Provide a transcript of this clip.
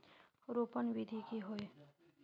रोपण विधि की होय?